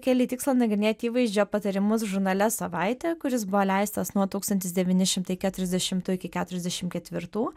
keli tikslą nagrinėti įvaizdžio patarimus žurnale savaitė kuris buvo leistas nuo tūkstantis devyni šimtai keturiasdešimtų iki keturiasdešim ketvirtų